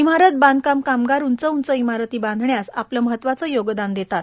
इमारत बांधकाम क्रमगार उंच उंच इमारती बांधण्यास आपले महत्त्वाचं योगदान देतात